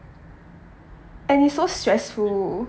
and it's so stressful